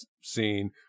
scene